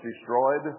destroyed